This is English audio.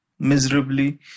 miserably